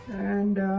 and